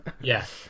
Yes